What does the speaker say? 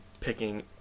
picking